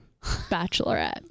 Bachelorette